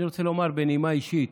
אני רוצה לומר בנימה אישית,